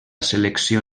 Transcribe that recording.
selecció